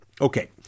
Okay